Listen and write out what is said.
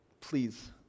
Please